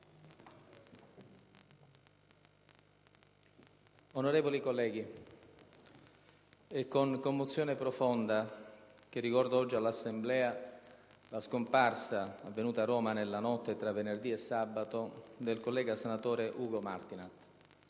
Onorevoli colleghi, è con commozione profonda che ricordo oggi all'Assemblea la scomparsa, avvenuta a Roma nella notte tra venerdì e sabato, del collega senatore Ugo Martinat.